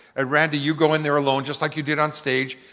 and randy, you go in there alone just like you did on stage,